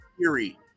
theory